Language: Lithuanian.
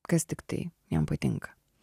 kas tiktai jam patinka